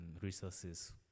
resources